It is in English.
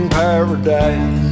paradise